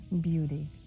beauty